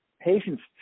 patients